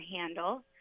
handle